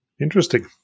interesting